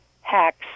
hacks